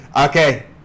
Okay